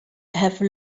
have